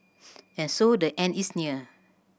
and so the end is near